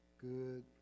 good